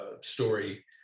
story